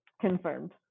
confirmed